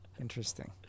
interesting